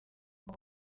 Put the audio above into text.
ngo